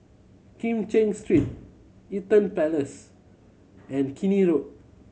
Kim Cheng Street Eaton Place and Keene Road